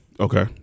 Okay